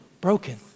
broken